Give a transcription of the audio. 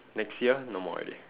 next year no more already